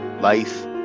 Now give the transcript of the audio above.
life